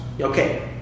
okay